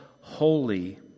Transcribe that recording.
holy